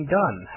done